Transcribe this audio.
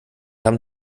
haben